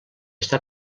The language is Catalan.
està